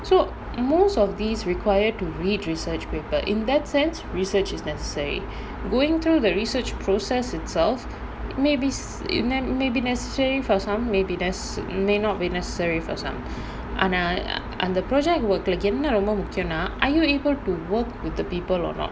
so most of these required to read research papers in that sense research is necessary going through the research process itself maybe maybe necessary for some may be less may not be necessary for some ஆனா அந்த:aanaa antha project work leh என்ன முக்கியம் னா:enna mukkiyam naa are you able to work with the people or not